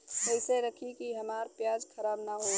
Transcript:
कइसे रखी कि हमार प्याज खराब न हो?